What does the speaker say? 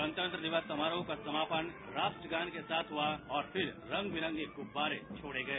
गणतंत्र दिवस समारोह का समापन राष्ट्रगान के साथ हुआ और फिर रंगविरंगे गुब्बारे छोड़े गए